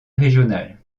régional